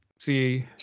see